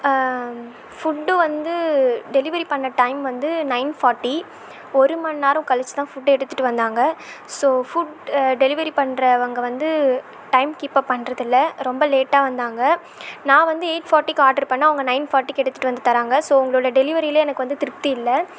food வந்து delivery பண்ண time வந்து நைன் ஃபார்ட்டி ஒரு மணி நேரம் கழிச்சி தான் ஃபுட்டு எடுத்துகிட்டு வந்தாங்க ஸோ ஃபுட் டெலிவரி பண்ணுறவங்க வந்து டைம் கீப் அப் பண்ணுறதில்ல ரொம்ப லேட்டாக வந்தாங்க நான் வந்து எயிட் ஃபார்ட்டிக்கு ஆர்ட்ரு பண்ணிணா அவங்க நைன் ஃபார்ட்டிக்கு எடுத்துகிட்டு வந்து தராங்க ஸோ உங்களோட டெலிவரியிலே எனக்கு வந்து திருப்தி இல்லை